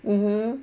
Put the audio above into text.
mmhmm